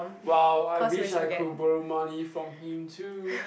well I wished I could borrow money from him too